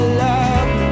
love